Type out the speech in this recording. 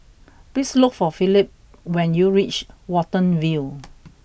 please look for Philip when you reach Watten View